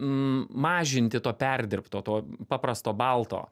mažinti to perdirbto to paprasto balto